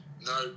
no